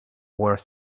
were